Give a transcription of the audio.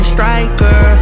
Striker